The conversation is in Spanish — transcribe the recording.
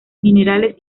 minerales